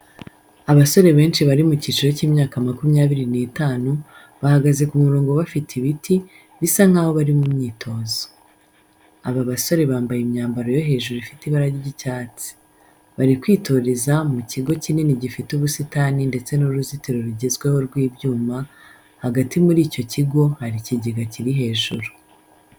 Abasore benshi bari mu cyiciro cy'imyaka makumyabiri n'itanu, bahagaze ku murongo bafite ibiti, bisa nkaho bari mu myitozo. Aba basore bambaye imyambaro yo hejuru ifite ibara ry'icyatsi. Bari kwitoreza mu kigo kinini gifite ubusitani ndetse n'uruzitiro rugezweho rw'ibyuma, hagati muri icyo kigo hari ikigega kiri hejuru.